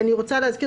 אני רוצה להזכיר,